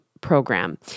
program